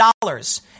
dollars